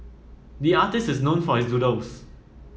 the artist is known for his doodles